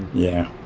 yeah.